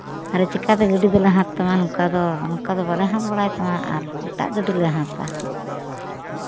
ᱟᱞᱮ ᱪᱤᱠᱟᱹᱛᱮ ᱜᱟᱹᱰᱤ ᱫᱚᱞᱮ ᱦᱟᱛᱟᱣ ᱛᱟᱢᱟ ᱱᱚᱝᱠᱟ ᱫᱚ ᱱᱚᱝᱠᱟ ᱫᱚ ᱵᱟᱞᱮ ᱦᱟᱛᱟᱣ ᱵᱟᱲᱟᱭ ᱛᱟᱢᱟ ᱟᱨ ᱮᱴᱟᱜ ᱜᱟᱹᱰᱤᱞᱮ ᱦᱟᱛᱟᱣᱟ